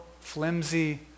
flimsy